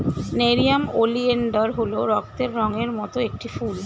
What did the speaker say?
nerium oleander হল রক্তের রঙের মত একটি ফুল